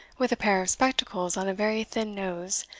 with a pair of spectacles on a very thin nose,